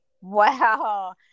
wow